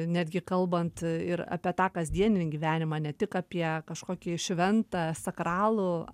netgi kalbant ir apie tą kasdienį gyvenimą ne tik apie kažkokį šventą sakralų